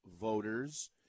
voters